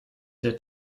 der